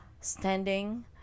standing